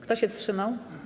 Kto się wstrzymał?